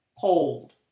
cold